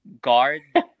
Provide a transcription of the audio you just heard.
guard